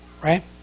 Right